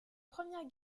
première